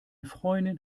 freundin